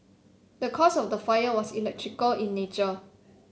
the cause of the fire was electrical in nature